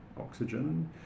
oxygen